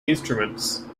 instruments